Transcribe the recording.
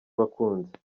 abakunzi